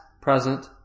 present